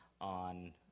on